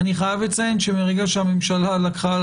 אני חייב לציין שמרגע שהממשלה לקחה על